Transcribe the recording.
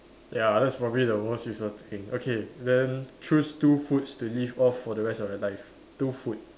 ya that's probably the most useless thing okay then choose two foods to live off for the rest of your life two food